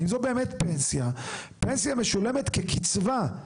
אם זו באמת פנסיה, פנסיה משולמת כקצבה.